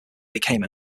became